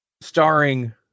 starring